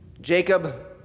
Jacob